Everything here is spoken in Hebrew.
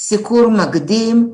סיקור מקדים,